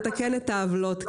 לתקן את העוולות,